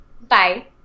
Bye